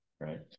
right